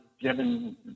given